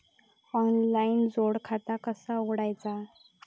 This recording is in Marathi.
ऑनलाइन जोड खाता कसा उघडायचा?